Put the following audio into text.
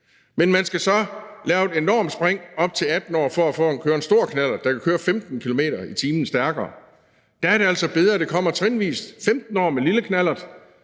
Men man skal så lave et enormt spring op til 18 år for at køre en stor knallert, der kan køre 15 km/t. stærkere. Der er det altså bedre, at det kommer trinvist: 15 år med lille knallert,